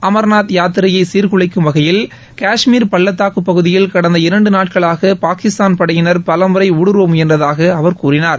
அமர்நாத் யாத்திரையை சீர்குலைக்கும் வகையில் காஷ்மீர் பள்ளத்தாக்கு பகுதியில் கடந்த இரண்டு நாட்களாக பாகிஸ்தான் படையினர் பலமுறை ஊடுருவ முயன்றதாக அவர் கூறினார்